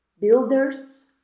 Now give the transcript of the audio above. builders